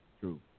True